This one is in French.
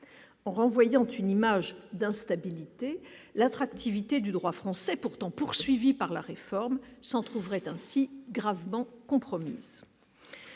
en renvoyant tu n'image d'instabilité, l'attractivité du droit français, pourtant poursuivi par la réforme s'en trouverait ainsi gravement compromise.